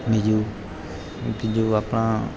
બીજું બીજું આપણા